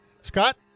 Scott